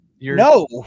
No